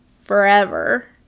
forever